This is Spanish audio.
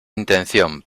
intención